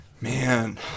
Man